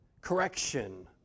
correction